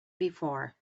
before